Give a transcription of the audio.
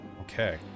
Okay